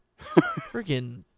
freaking